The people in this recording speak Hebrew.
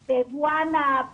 בבועיינה,